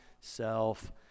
self